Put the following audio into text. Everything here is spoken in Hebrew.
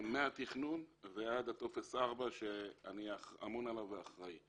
מהתכנון ועד הטופס ארבע שאני אמון ואחראי עליו.